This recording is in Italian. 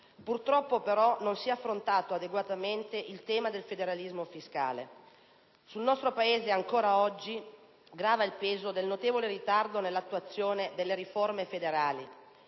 purtroppo, però, non si è affrontato adeguatamente il tema del federalismo fiscale. Sul nostro Paese ancora oggi grava il peso del notevole ritardo nell'attuazione delle riforme federali,